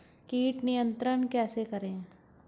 कीट नियंत्रण कैसे करें?